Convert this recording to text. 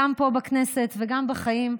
גם פה בכנסת וגם בחיים,